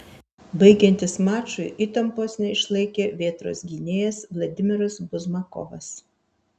baigiantis mačui įtampos neišlaikė vėtros gynėjas vladimiras buzmakovas